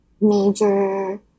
major